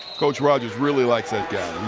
coach rogers really like that guy.